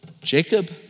jacob